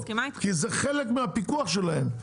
כי זה חלק מהפיקוח שלהם.